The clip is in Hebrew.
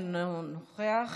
אינו נוכח,